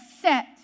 set